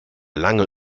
lange